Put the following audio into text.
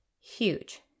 huge